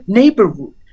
neighborhood